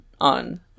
on